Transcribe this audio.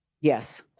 Yes